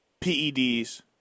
PEDs